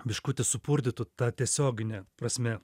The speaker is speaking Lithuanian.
biškutį supurtytų ta tiesiogine prasme